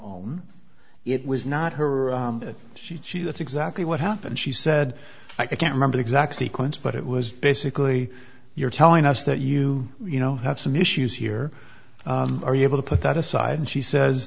own it was not her or she that exactly what happened she said i can't remember exactly quince but it was basically you're telling us that you you know have some issues here are you able to put that aside and she says